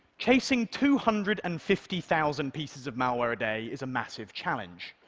chasing two hundred and fifty thousand pieces of malware a day is a massive challenge,